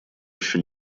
еще